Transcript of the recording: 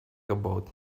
about